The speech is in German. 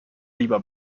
lieber